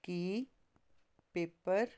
Ki paper